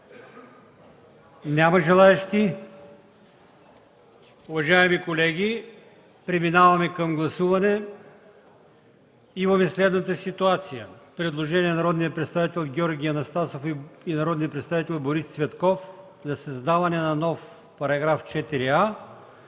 Няма желаещи. Уважаеми колеги, преминаваме към гласуване. Имаме следната ситуация. Предложение на народния представител Георги Анастасов и народния представител Борис Цветков за създаване на нов § 4а,